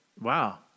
Wow